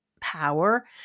power